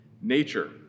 nature